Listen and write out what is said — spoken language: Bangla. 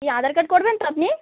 কী আধার কার্ড করবেন তো আপনি